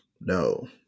No